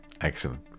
Excellent